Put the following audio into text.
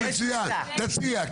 תציע.